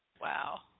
Wow